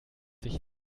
sich